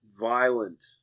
violent